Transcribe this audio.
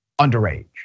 underage